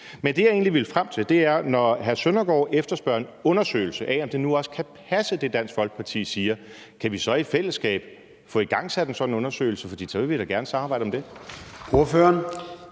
Men det, jeg egentlig ville frem til – når hr. Søren Søndergaard efterspørger en undersøgelse af, om det, Dansk Folkeparti siger, nu også kan passe – er, om vi så i fællesskab kan få igangsat en sådan undersøgelse. For så vil vi da gerne samarbejde om det.